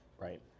Right